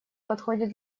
подходит